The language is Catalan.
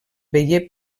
veié